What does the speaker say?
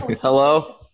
hello